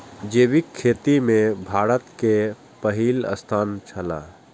जैविक खेती में भारत के पहिल स्थान छला